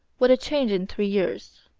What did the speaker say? what a change in three years!